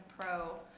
pro